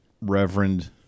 Reverend